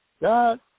God